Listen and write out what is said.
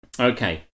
Okay